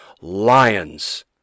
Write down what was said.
lions